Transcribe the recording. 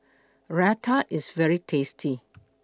Raita IS very tasty